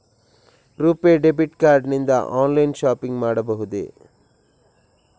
RuPay debit card ನಿಂದ online shopping ಮಾಡಬಹುದೇ?